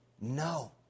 No